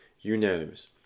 unanimous